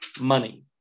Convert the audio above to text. money